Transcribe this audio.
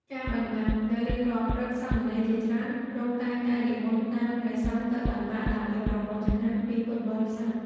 ការបិណ្ឌបាត នៅរៀងរាល់ព្រឹកសាមណេរជាច្រើនរូបតែងតែនិមន្តតាមព្រះសង្ឃទៅបិណ្ឌបាត ដើម្បីប្រមូលចង្ហាន់ពីពុទ្ធបរិស័ទ។